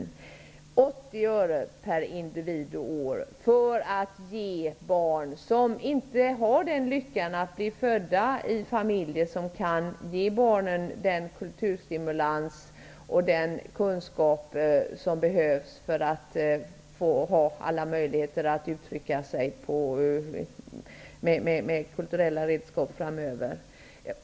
Det gäller alltså 80 öre per individ och år för att ge stöd till barn som inte har haft lyckan att bli födda i familjer som kan ge dem den kulturstimulans och den kunskap som behövs för att kunna använda kulturella uttrycksmedel framöver.